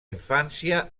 infància